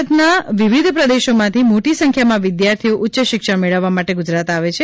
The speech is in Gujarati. ભારતના વિવિધ પ્રદેશોમાંથી મોટી સંખ્યામાં વિદ્યાર્થીઓ ઉચ્ચ શિક્ષણ મેળવવા માટે ગુજરાત આવે છે